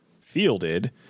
fielded